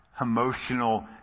emotional